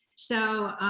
so,